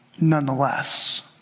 nonetheless